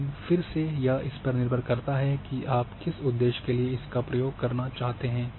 लेकिन फिर से यह इस पर निर्भर करता है की आप किस उद्देश्य के लिए इसका उपयोग करना चाहते हैं